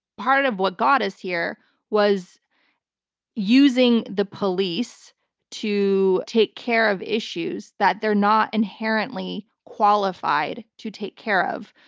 part of what got us here was using the police to take care of issues that they're not inherently qualified to take care of.